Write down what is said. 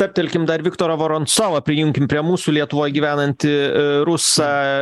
stabtelkim dar viktorą voronsovą prijunkim prie mūsų lietuvoj gyvenanti rusą